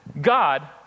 God